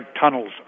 tunnels